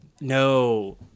No